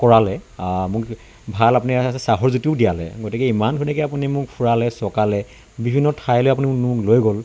কৰালে মোক ভাল আপুনি চাহৰ জুতিও দিয়ালে গতিকে ইমান ধুনীয়াকৈ আপুনি মোক ফুৰালে চকালে বিভিন্ন ঠাইলৈ আপুনি মোক মোক লৈ গ'ল